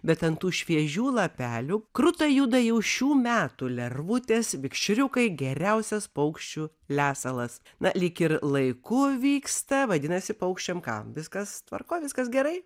bet ant šviežių lapelių kruta juda jau šių metų lervutės vikšriukai geriausias paukščių lesalas na lyg ir laiku vyksta vadinasi paukščiam ką viskas tvarkoj viskas gerai